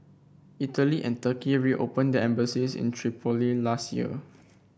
Italy and Turkey reopened their embassies in Tripoli last year